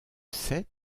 seth